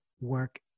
work